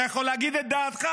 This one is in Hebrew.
אתה יכול להגיד את דעתך,